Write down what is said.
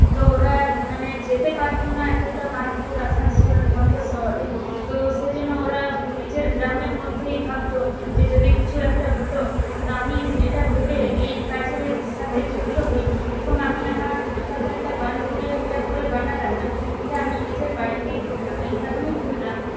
তো ওরা মানে যেতে পারতো না এতটা বার্নপুর আসানসোল মতো শহরে তো সেজন্য ওরা নিজের গ্রামের মধ্যেই ভাবতো যে যদি কিছু একটা হত তা আমি এটা ভেবে এই কাজের সাথে যুক্ত হই এবং আমি আমার বিউটি পার্লারটা বার্নপুরে হিরাপুরে বানালাম না এটা আমি নিজের বাড়িতেই খুললাম এই কারণেই খুললাম